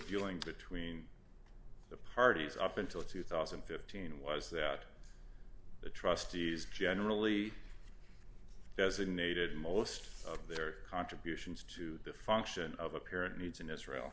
feeling between the parties up until two thousand and fifteen was that the trustees generally designated most of their contributions to the function of a parent needs in israel